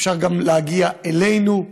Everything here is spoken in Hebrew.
אפשר גם להגיע אלינו,